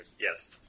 Yes